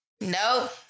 Nope